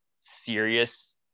serious